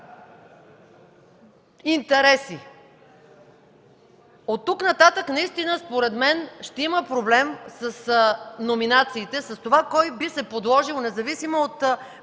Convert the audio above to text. интереси. От тук нататък според мен ще има проблем с номинациите, с това кой би се подложил независимо от